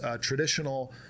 traditional